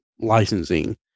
licensing